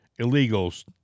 illegals